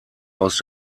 aus